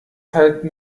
halten